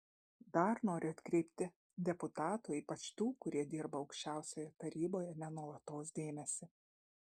dar noriu atkreipti deputatų ypač tų kurie dirba aukščiausiojoje taryboje ne nuolatos dėmesį